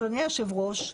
אדוני היושב ראש,